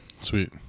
Sweet